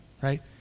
right